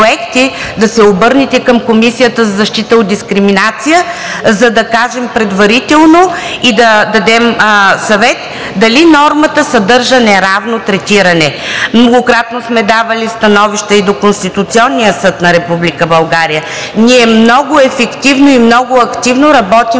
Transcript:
да се обърнете към Комисията за защита от дискриминация, за да кажем предварително и да дадем съвет дали нормата съдържа неравно третиране. Многократно сме давали становища и до Конституционния съд на Република България. Ние много ефективно и много активно работим с